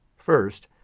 first,